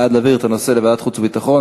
בעד להעביר את הנושא לוועדת החוץ והביטחון,